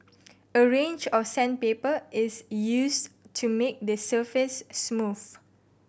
a range of sandpaper is used to make the surface smooth